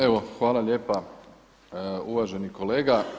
Evo hvala lijepa uvaženi kolega.